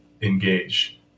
Engage